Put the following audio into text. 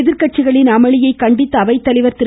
எதிர்கட்சிகளின் அமளியை கண்டித்த அவைத்தலைவர் திரு